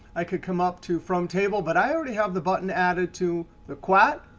i could come up to from table but i already have the button added to the qat.